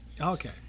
Okay